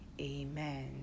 Amen